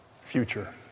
future